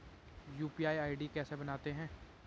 UPI ID कैसे बनाते हैं?